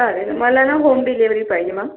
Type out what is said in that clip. चालेल मला ना होम डिलेवरी पाहिजे मॅम